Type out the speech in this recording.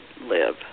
live